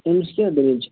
تٔمِس کیٛاہ دٔلیٖل چھِ